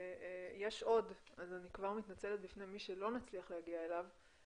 יש עוד אז אני כבר מתנצלת בפני מי שלא נצליח להגיע אליו,